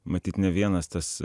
matyt ne vienas tas